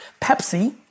Pepsi